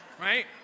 right